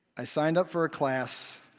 i signed up for a class,